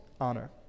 honor